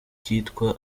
kitwa